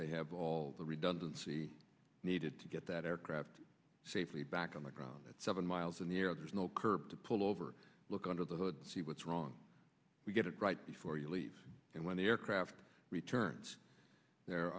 they have all the redundancy needed to get that aircraft safely back on the ground that seven miles in the air there's no curb to pull over look under the hood see what's wrong we get it right before you leave and when the aircraft returns there